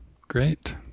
Great